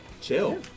chill